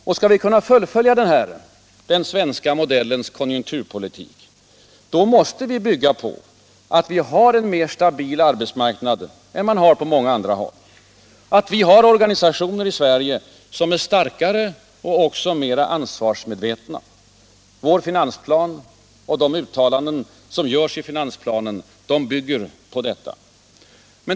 Och skall vi kunna fullfölja denna ”den svenska modellens” konjunkturpolitik, då måste vi bygga på att vi har en mer stabil arbetsmarknad än man har på många andra håll, att vi har organisationer i Sverige som är starkare och också mera ansvarsmedvetna. Vår finansplan och de uttalanden som görs i den bygger på detta.